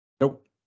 Nope